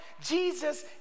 Jesus